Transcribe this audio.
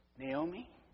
Naomi